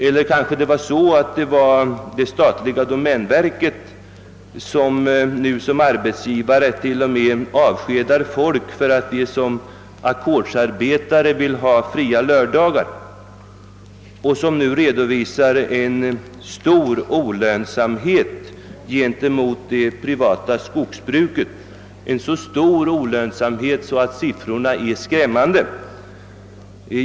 Eller var det kanske det kungliga domänverket, som nu som arbetsgivare t.o.m. avskedar människor för att de som ackordsarbetare vill ha fria lördagar? Domänverket redovisar nu stor olönsamhet jämfört med det privata skogsbruket — en så stor olönsamhet att siffrorna är skrämmande.